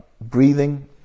breathing